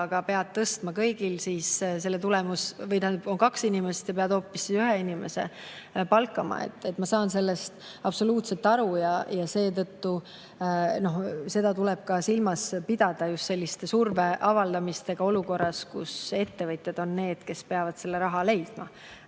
aga pead tõstma kõigi [palka], siis selle tulemus … Tähendab, kui on kaks inimest ja sa pead hoopis ühe inimese palkama. Ma saan sellest absoluutselt aru. Seda tuleb ka silmas pidada, just sellise surve avaldamise puhul olukorras, kus ettevõtjad on need, kes peavad selle raha leidma.